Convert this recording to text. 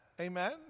amen